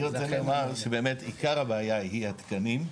אני רוצה לומר שבאמת עיקר הבעיה היא התקנים.